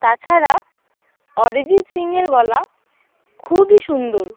তাছাড়া অরিজিৎ সিংয়ের গলা খুবই সুন্দর